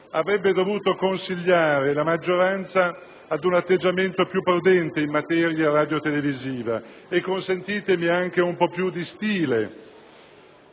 avrebbe dovuto consigliare la maggioranza ad un atteggiamento più prudente in materia radiotelevisiva e, consentitemi, anche un po' più di stile